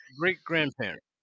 great-grandparent